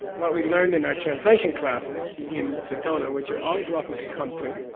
what we learned in our translation classes in sedona, which you're always welcome to come to,